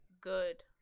good